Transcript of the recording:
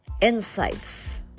insights